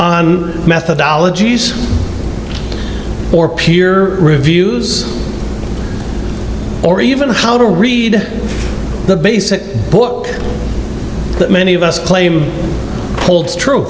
on methodologies or peer reviews or even how to read the basic book that many of us claim holds true